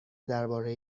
درباره